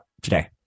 today